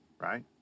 right